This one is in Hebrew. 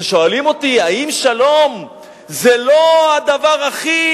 כששואלים אותי: האם שלום זה לא הדבר הכי,